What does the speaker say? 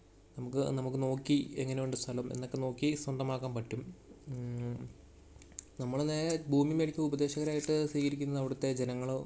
നമുക്ക് നമുക്ക് നോക്കി എങ്ങനെയുണ്ട് സ്ഥലം എന്നൊക്കെ നോക്കി സ്വന്തമാക്കാൻ പറ്റും നമ്മൾ നേരെ ഭൂമി മേടിക്കുന്നതിന് ഉപദേശം ആയിട്ട് സ്വീകരിക്കുന്നത് അവിടുത്തെ ജനങ്ങളൊ